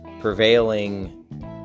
prevailing